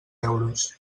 euros